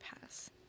pass